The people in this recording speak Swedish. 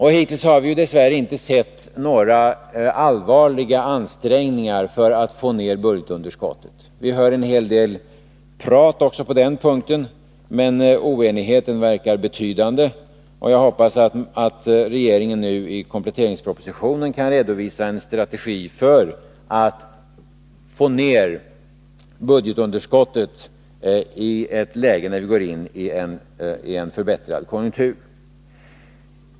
Hittills har vi dess värre inte sett några allvarliga ansträngningar att få ned budgetunderskottet. Vi hör en hel del prat också på den punkten, men oenigheten verkar vara betydande. Jag hoppas att regeringen nu i kompletteringspropositionen kan redovisa en strategi för att få ned budgetunderskottet i ett läge när vi går in i en förbättrad konjunktur.